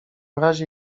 razie